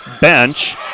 bench